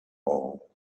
all